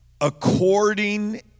according